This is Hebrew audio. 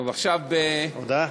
תמשיך.